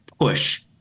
push